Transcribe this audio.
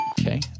Okay